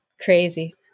Crazy